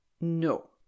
No